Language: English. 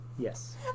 Yes